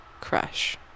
crush